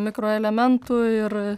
mikroelementų ir